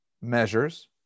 measures